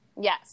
Yes